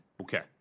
Okay